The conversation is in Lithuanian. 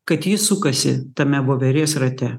kad jis sukasi tame voverės rate